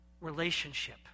relationship